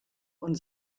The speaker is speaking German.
und